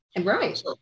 Right